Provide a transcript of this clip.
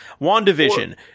WandaVision